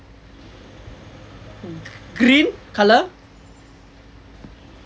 green colour